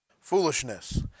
foolishness